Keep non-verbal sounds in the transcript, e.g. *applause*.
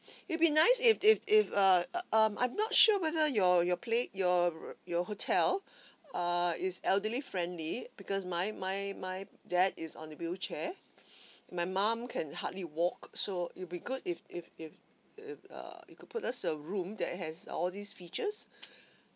it'll be nice if if if uh uh um I'm not sure whether your your place your your hotel err is elderly friendly because my my my dad is on a wheelchair *breath* my mom can hardly walk so it'll be good if if if if err you could put us to a room that has all these features